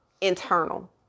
internal